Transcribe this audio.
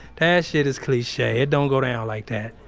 that yeah shit is cliche. it don't go down like that.